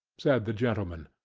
said the gentleman,